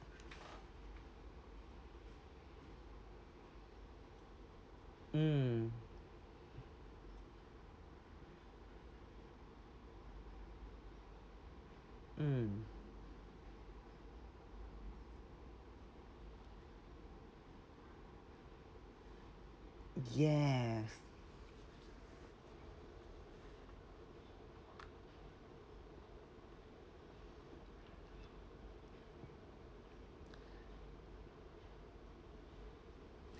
mm mm yes